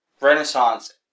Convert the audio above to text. renaissance